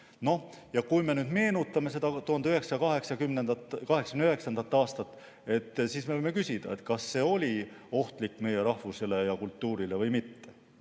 Ja kui me nüüd meenutame seda 1989. aastat, siis me võime küsida, kas see seis oli ohtlik meie rahvusele ja kultuurile või mitte.